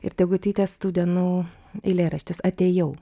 ir degutytės tų dienų eilėraštis atėjau